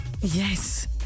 Yes